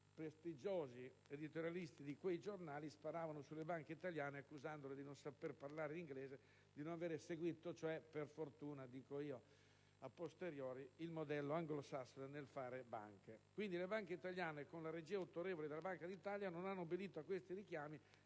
prestigiosi editorialisti di quei giornali sparavano sulle banche italiane, accusandole di non saper parlare inglese, di non aver cioè seguito - e, *a posteriori*, dico «per fortuna» - il modello anglosassone nel fare banca. Le banche italiane, quindi, con la regia autorevole della Banca d'Italia, non hanno obbedito a questi richiami